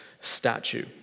statue